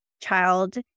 child